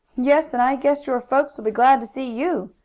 yes, and i guess your folks will be glad to see you!